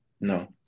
No